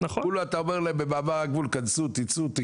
כולה אתה אומר להם במעבר הגבול 'כנסו' 'תצאו'.